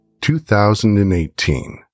2018